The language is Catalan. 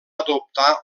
adoptar